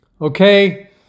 Okay